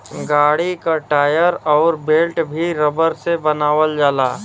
गाड़ी क टायर अउर बेल्ट भी रबर से बनावल जाला